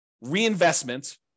reinvestment